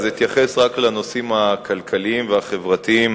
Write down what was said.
לכן אתייחס רק לנושאים הכלכליים והחברתיים